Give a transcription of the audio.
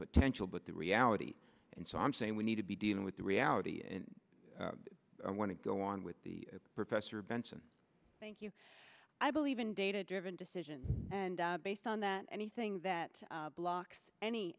potential but the reality and so i'm saying we need to be dealing with the reality and i want to go on with the professor benson thank you i believe in data driven decision and based on that anything that blocks any